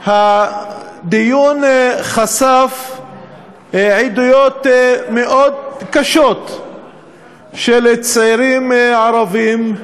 הדיון חשף עדויות מאוד קשות של צעירים ערבים,